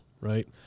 right